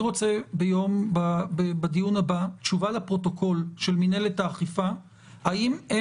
אני רוצה בדיון הבא תשובה לפרוטוקול של מנהלת האכיפה האם הם